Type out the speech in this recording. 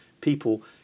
people